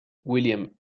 william